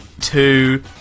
two